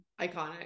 iconic